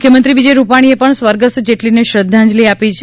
મુખ્યમંત્રી વિજય રૂપાણીએ પણ સ્વર્ગસ્થ જેટલીને શ્રધ્ધાંજલિ આપી છે